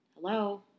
hello